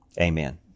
Amen